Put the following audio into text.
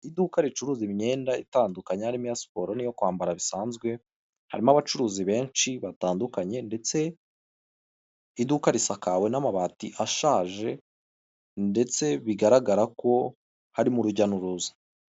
Iduka ricuruza imyenda itandukanye harimo iya siporo n'iyo kwambara bisanzwe, harimo abacuruzi benshi batandukanye, ndetse iduka risakawe n'amabati ashaje ndetse bigaragara ko hari mu rujya'uruza.